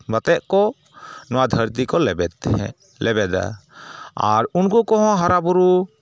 ᱟᱛᱮᱫ ᱠᱚ ᱱᱚᱣᱟ ᱫᱷᱟᱹᱨᱛᱤ ᱠᱚ ᱞᱮᱵᱮᱫ ᱛᱟᱦᱮᱸᱫ ᱞᱮᱵᱮᱫᱟ ᱟᱨ ᱩᱱᱠᱩ ᱠᱚᱦᱚᱸ ᱦᱟᱨᱟ ᱵᱩᱨᱩ